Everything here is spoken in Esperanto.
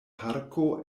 parko